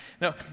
No